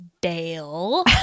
Dale